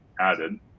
added